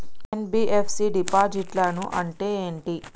NBFC డిపాజిట్లను అంటే ఏంటి?